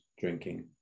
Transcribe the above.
drinking